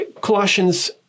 Colossians